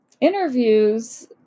interviews